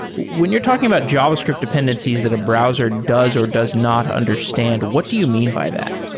when you're talking about javascript dependencies that a browser does or does not understand, what do you mean by that?